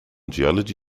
geology